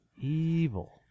Evil